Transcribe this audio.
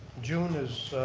june is a